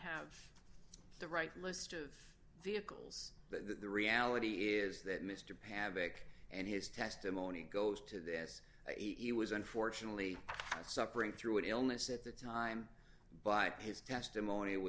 have the right list of vehicles that the reality is that mr paddick and his testimony goes to this he was unfortunately suffering through illness at the time by his testimony it